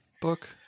book